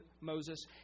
Moses